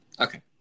Okay